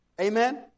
Amen